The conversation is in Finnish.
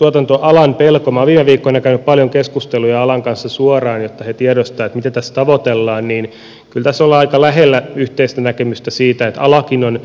minä olen viime viikkoina käynyt paljon keskusteluja alan kanssa suoraan jotta he tiedostavat mitä tässä tavoitellaan ja kyllä tässä ollaan aika lähellä yhteistä näkemystä siitä että alakin on